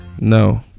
no